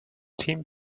team